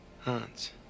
Hans